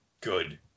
Good